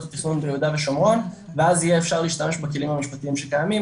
התכנון ביו"ש ואז יהיה אפשר להשתמש בכלים המשפטיים שקיימים,